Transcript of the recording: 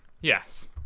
Yes